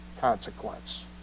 consequence